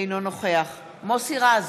אינו נוכח מוסי רז,